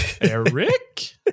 Eric